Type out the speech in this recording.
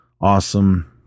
awesome